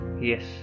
Yes